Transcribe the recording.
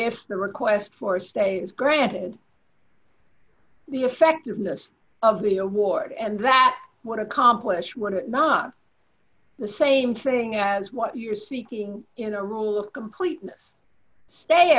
if the request for a stay is granted the effectiveness of the award and that would accomplish what it is not the same thing as what you are seeking in a rule of completeness stay